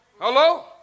Hello